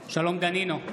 בהצבעה שלום דנינו,